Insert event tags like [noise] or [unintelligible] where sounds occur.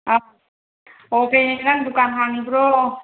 ꯑꯥ ꯑꯣ [unintelligible] ꯅꯪ ꯗꯨꯀꯥꯟ ꯍꯥꯡꯂꯤꯕ꯭ꯔꯣ